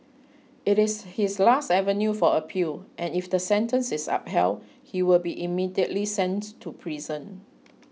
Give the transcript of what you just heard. it is his last avenue for appeal and if the sentence is upheld he will be immediately sent to prison